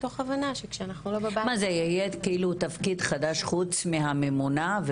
יהיה כאילו תפקיד חדש חוץ מהממונה?